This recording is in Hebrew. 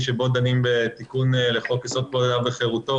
שבו דנים בתיקון לחוק יסוד: כבוד האדם וחירותו,